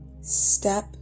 Step